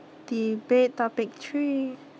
debate topic three